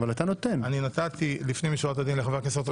אני נתתי לפנים משורת הדין לחבר הכנסת רוטמן.